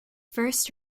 first